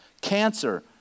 cancer